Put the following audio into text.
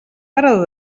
parador